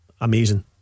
Amazing